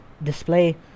Display